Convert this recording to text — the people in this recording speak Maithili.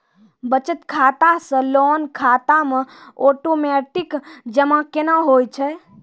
बचत खाता से लोन खाता मे ओटोमेटिक जमा केना होय छै?